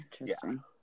Interesting